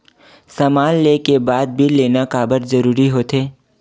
समान ले के बाद बिल लेना काबर जरूरी होथे?